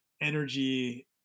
energy